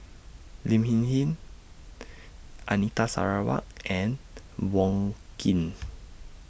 Lin Hsin Hsin Anita Sarawak and Wong Keen